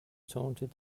taunted